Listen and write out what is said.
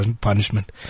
punishment